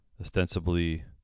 ostensibly